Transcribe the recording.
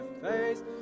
face